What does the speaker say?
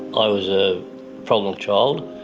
i was a problem child,